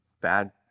bad